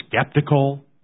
skeptical